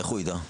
איך הוא יידע?